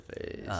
face